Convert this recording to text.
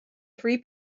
three